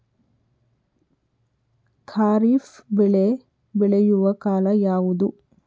ಖಾರಿಫ್ ಬೆಳೆ ಬೆಳೆಯುವ ಕಾಲ ಯಾವುದು?